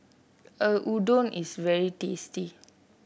udon is very tasty